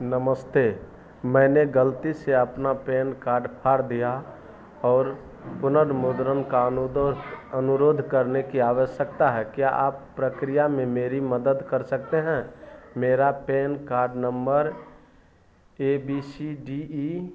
नमस्ते मैंने गलती से अपना पैन कार्ड फाड़ दिया और पुनर्मुद्रण का अनुरोध करने की आवश्यकता है क्या आप प्रक्रिया में मेरी मदद कर सकते हैं मेरा पैन कार्ड नम्बर A B C D E बारह चौँतीस F A B C D E बारह तीन चार एफ़ है और यह दो हजार चौबीस ज़ीरो पाँच सात को जारी किया गया था